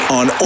on